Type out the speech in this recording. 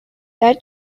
that